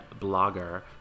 blogger